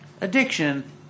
addiction